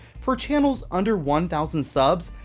for channels under one thousand subs,